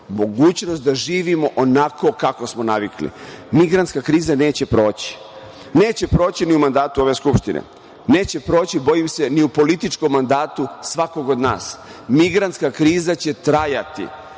mogućnost da živimo onako kako smo navikli. Migrantska kriza neće proći. Neće proći ni u mandatu ove Skupštine. Neće proći, bojim se, ni u političkom mandatu svakog od nas. Migrantska kriza će trajati